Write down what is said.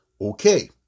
okay